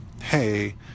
hey